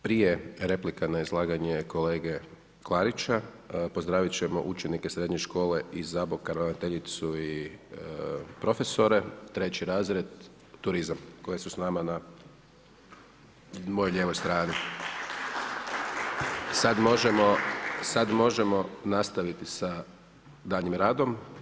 Prije replika na izlaganje kolege Klarića, pozdravit ćemo učenike Srednje škole iz Zaboka, ravnateljicu i profesore, treći razred turizam koji su s nama na mojoj lijevoj strani. … Sada možemo nastaviti sa daljnjim radom.